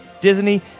Disney